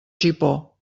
gipó